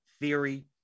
theory